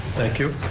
thank you,